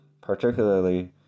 Particularly